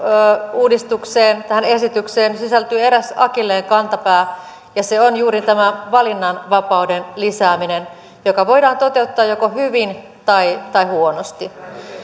uudistukseen tähän esitykseen sisältyy eräs akilleenkantapää ja se on juuri tämä valinnanvapauden lisääminen joka voidaan toteuttaa joko hyvin tai tai huonosti